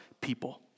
people